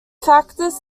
factors